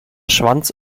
schwanz